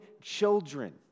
children